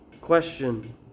question